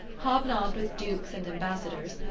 hobnobbed with dukes and ambassadors,